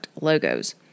logos